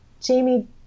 Jamie